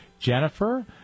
Jennifer